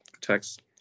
text